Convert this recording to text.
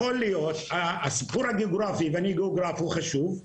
הסיפור הגיאוגרפי, ואני גיאוגרף והוא חשוב,